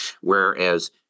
whereas